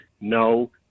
no